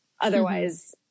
otherwise